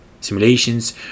Simulations